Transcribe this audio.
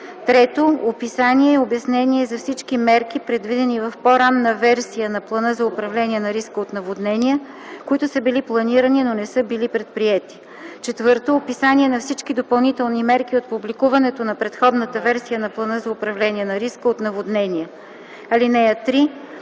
т. 1; 3. описание и обяснение за всички мерки, предвидени в по-ранна версия на плана за управление на риска от наводнения, които са били планирани, но не са били предприети; 4. описание на всички допълнителни мерки от публикуването на предходната версия на плана за управление на риска от наводнения. (3)